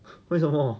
为什么